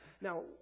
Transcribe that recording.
Now